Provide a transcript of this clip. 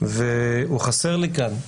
והוא חסר לי כאן,